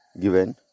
given